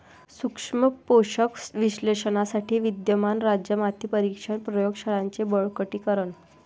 सूक्ष्म पोषक विश्लेषणासाठी विद्यमान राज्य माती परीक्षण प्रयोग शाळांचे बळकटीकरण